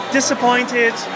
disappointed